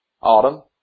autumn